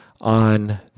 on